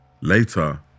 Later